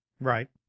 Right